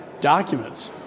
documents